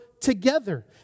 together